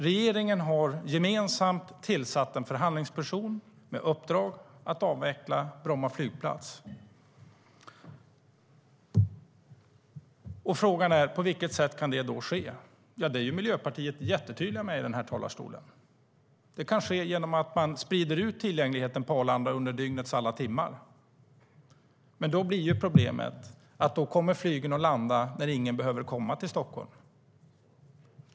Regeringen har gemensamt tillsatt en förhandlingsperson med uppdrag att avveckla Bromma flygplats. Frågan är: På vilket sätt kan det ske? Det är Miljöpartiet jättetydligt med här i talarstolen. Det kan ske genom att man sprider ut tillgängligheten till Arlanda under dygnets alla timmar. Men då blir problemet att flygen kommer att landa när ingen behöver komma till Stockholm.